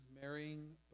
marrying